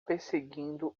perseguindo